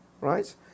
right